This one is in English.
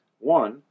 One